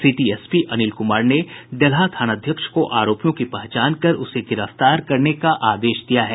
city SP Anil Kumar ने डेल्हा थाना अध्यक्ष को आरोपियों की पहचान कर उसे गिरफ्तार करने का आदेश दिया है